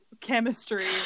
Chemistry